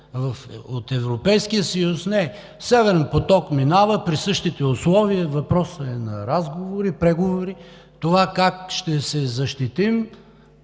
от Европейския съюз. Не, „Северен поток“ минава при същите условия, въпрос е на разговори, преговори, това как ще се защитим